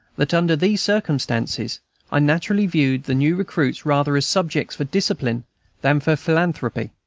that under these circumstances i naturally viewed the new recruits rather as subjects for discipline than for philanthropy.